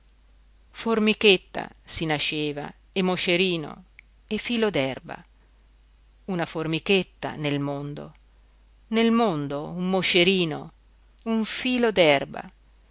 dell'esistenza formichetta si nasceva e moscerino e filo d'erba una formichetta nel mondo nel mondo un moscerino un filo